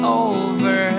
over